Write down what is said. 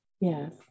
Yes